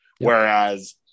Whereas